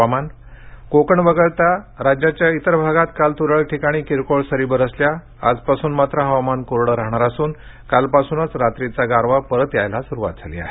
हवामान कोकण वगळता ज्याच्या इतर भागात काल तुरळक ठिकाणी किरकोळ सरी बरसल्या आजपासून मात्र पुन्हा हवामान कोरडं राहणार असून कालपासूनच रात्रीचा गारवा परत यायला सुरवात झाली आहे